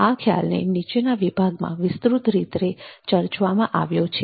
આ ખ્યાલને નીચેના વિભાગમાં વિસ્તૃત રીતે ચર્ચવામાં આવ્યો છે